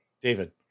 David